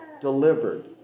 delivered